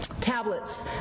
tablets